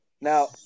Now